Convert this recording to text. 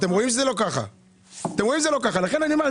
אתם רואים שזה לא ככה לכן אני אומר,